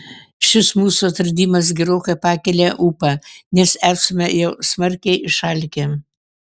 šis mūsų atradimas gerokai pakelia ūpą nes esame jau smarkiai išalkę